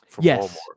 yes